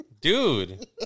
Dude